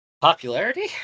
Popularity